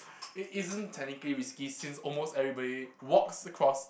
it isn't technically risky since almost everybody walks across